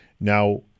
Now